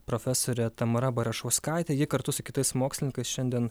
profesorė tamara bairašauskaitė ji kartu su kitais mokslininkais šiandien